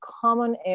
common